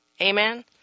Amen